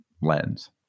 lens